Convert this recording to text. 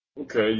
Okay